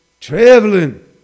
traveling